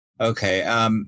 okay